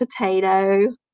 Potato